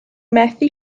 methu